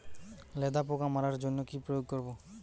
লেদা পোকা মারার জন্য কি প্রয়োগ করব?